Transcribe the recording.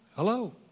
Hello